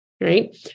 right